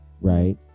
right